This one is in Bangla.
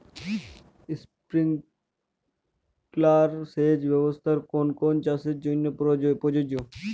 স্প্রিংলার সেচ ব্যবস্থার কোন কোন চাষের জন্য প্রযোজ্য?